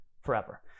forever